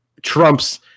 Trumps